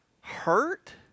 Hurt